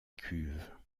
cuve